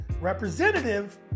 representative